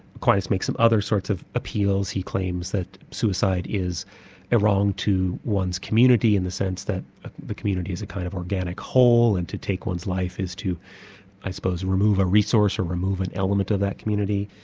aquinas makes some other sorts of appeals. he claims that suicide is a wrong to one's community, in the sense that ah the community is a kind of organic whole and to take one's life is to i suppose remove a resource or remove an element of that community.